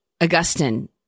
Augustine